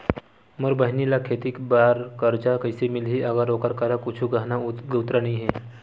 मोर बहिनी ला खेती बार कर्जा कइसे मिलहि, अगर ओकर करा कुछु गहना गउतरा नइ हे?